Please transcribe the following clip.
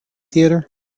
theatre